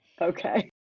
Okay